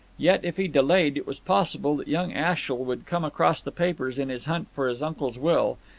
yet, if he delayed, it was possible that young ashiel would come across the papers in his hunt for his uncle's will,